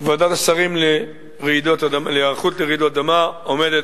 ועדת השרים להיערכות לרעידות אדמה עומדת,